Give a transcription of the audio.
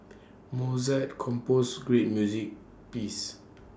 Mozart composed great music pieces